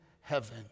heaven